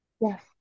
Yes